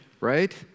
Right